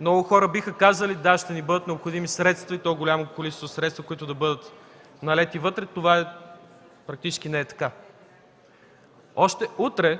Много хора биха казали – да, ще ни бъдат необходими средства, и то голямо количество, които да бъдат налети вътре. Това практически не е така. Още утре